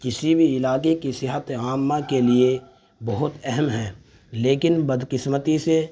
کسی بھی علاقے کی صحت عامہ کے لیے بہت اہم ہے لیکن بد قسمتی سے